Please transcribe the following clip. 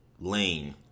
lane